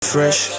Fresh